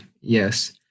yes